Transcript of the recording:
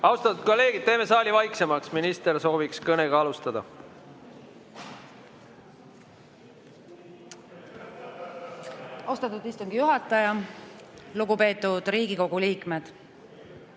Austatud kolleegid, teeme saali vaiksemaks, minister sooviks kõnega alustada. Austatud istungi juhataja! Lugupeetud Riigikogu liikmed!